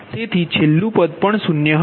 તેથી છેલ્લું પદ પણ 0 છે